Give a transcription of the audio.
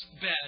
bed